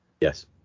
yes